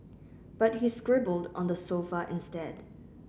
but he scribbled on the sofa instead